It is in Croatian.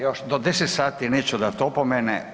Još ne, do 10 sati neću dati opomene.